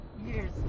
years